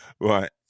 Right